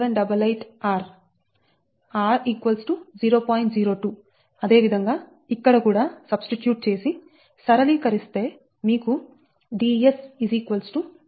02 అదే విధంగా ఇక్కడ కూడా సబ్స్టిట్యూట్ చేసి సరళీ కరిస్తే మీకు Ds 0